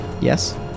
Yes